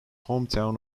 hometown